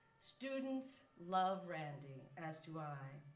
students love randy as do i,